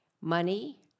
Money